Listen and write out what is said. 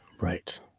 Right